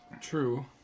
true